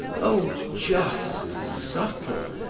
oh, just, subtle,